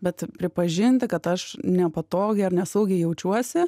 bet pripažinti kad aš nepatogiai ar nesaugiai jaučiuosi